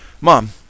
Mom